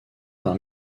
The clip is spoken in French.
par